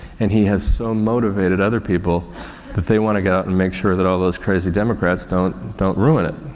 and he has so motivated other people that they want to get out and make sure that all those crazy democrats don't, don't ruin it.